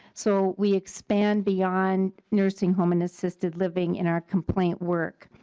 so we expand beyond nursing homes and assisted living in our complaint work.